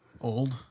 Old